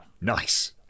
Nice